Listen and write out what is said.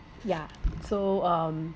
yeah so um